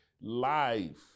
Life